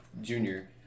junior